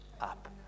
up